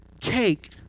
cake